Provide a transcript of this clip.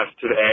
today